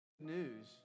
news